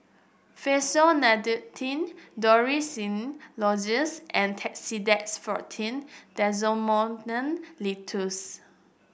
Dorithricin Lozenges and Tussidex Forte Linctus